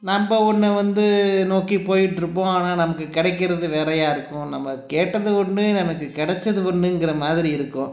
நம்ம ஒன்ன வந்து நோக்கி போயிட்டுருப்போம் ஆனால் நமக்கு கிடைக்குறது வேறையாக இருக்கும் நம்ம கேட்டது ஒன்று எனக்கு கிடச்சது ஒன்றுங்கிற மாதிரி இருக்கும்